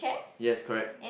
yes correct